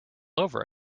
over